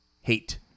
Hate